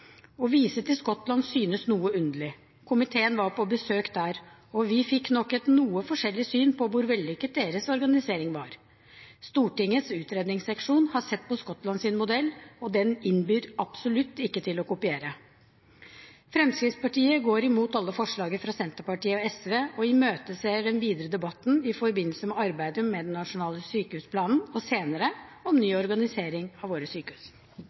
Å vise til Skottland synes noe underlig. Komiteen var på besøk der, og vi fikk nok et noe forskjellig syn på hvor vellykket deres organisering var. Stortingets utredningsseksjon har sett på Skottlands modell, og den innbyr absolutt ikke til å kopiere. Fremskrittspartiet går imot alle forslagene fra Senterpartiet og SV og imøteser den videre debatten i forbindelse med arbeidet med den nasjonale sykehusplanen og senere om ny organisering av våre sykehus.